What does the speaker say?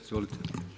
Izvolite.